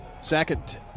Second